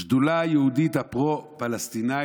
השדולה היהודית הפרו-פלסטינית,